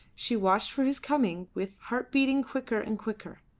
she watched for his coming with heart beating quicker and quicker,